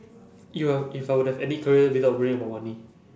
you are if I were to have any career without worrying about money